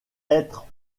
être